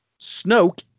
Snoke